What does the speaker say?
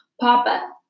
Papa